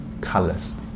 colors